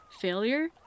Failure